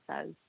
says